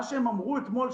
מה שהם אמרו אתמול,